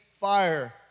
fire